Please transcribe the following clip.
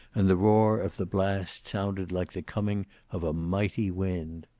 and the roar of the blast sounded like the coming of a mighty wind.